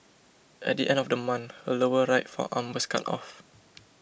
at the end of the month her lower right forearm was cut off